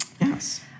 Yes